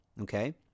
okay